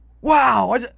wow